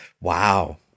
Wow